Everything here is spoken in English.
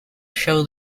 show